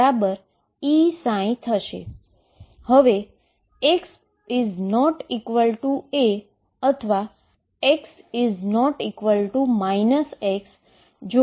તો પહેલા હું x 0 પાસે સીમેટ્રીકલી ફંક્શનને મૂકીશ અને બંને એક જ V0δ છે